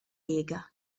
lega